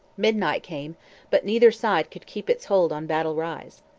midnight came but neither side could keep its hold on battle rise.